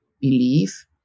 belief